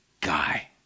guy